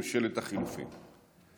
ממשלת חילופים).